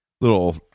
little